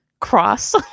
cross